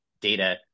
data